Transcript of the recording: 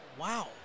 wow